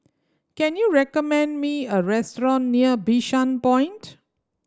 can you recommend me a restaurant near Bishan Point